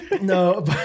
No